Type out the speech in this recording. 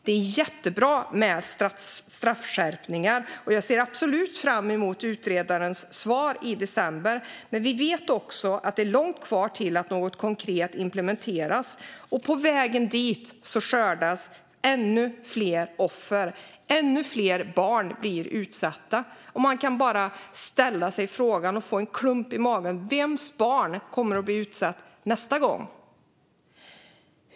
Det är jättebra med straffskärpningar, och jag ser absolut fram emot utredarens svar i december. Men vi vet också att det är långt kvar tills något konkret implementeras. På vägen dit skördas ännu fler offer, och ännu fler barn blir utsatta. Man kan bara ställa frågan och få en klump i magen: Vems barn kommer att bli utsatt nästa gång? Fru talman!